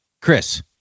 Chris